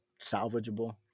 salvageable